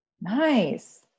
Nice